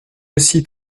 aussi